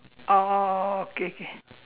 oh okay okay